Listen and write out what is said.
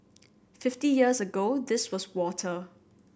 fifty years ago this was water